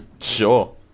Sure